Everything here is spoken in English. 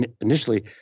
initially